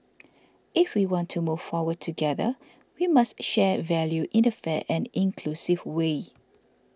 if we want to move forward together we must share value in a fair and inclusive way